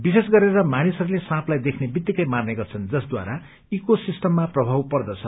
विशेष गरेर मानिसहरूले साँपलाई देख्ने वित्तिकै मार्ने गर्छन् जसद्वारा इको सिस्टममा प्रभाव पर्दछ